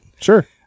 Sure